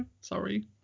Sorry